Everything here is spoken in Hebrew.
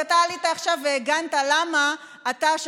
אתה עלית עכשיו והגנת למה אתה,